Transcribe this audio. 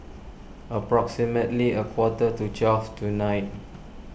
approximately a quarter to twelve tonight